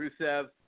Rusev